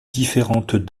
différentes